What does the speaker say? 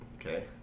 Okay